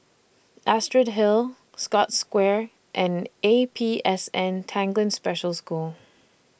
Astrid Hill Scotts Square and A P S N Tanglin Special School